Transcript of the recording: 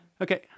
Okay